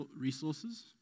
resources